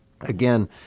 Again